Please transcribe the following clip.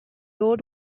old